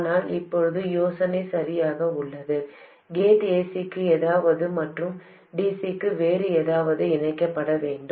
ஆனால் இப்போது யோசனை சரியாக உள்ளது கேட் ஏசிக்கு ஏதாவது மற்றும் டிசிக்கு வேறு ஏதாவது இணைக்கப்பட வேண்டும்